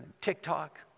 TikTok